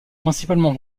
principalement